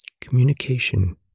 Communication